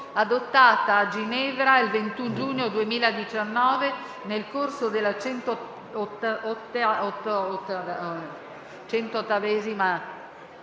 adottata a Ginevra il 21 giugno 2019 nel corso della 108ª